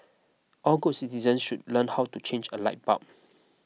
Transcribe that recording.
all good citizen should learn how to change a light bulb